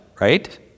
right